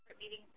meeting